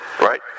right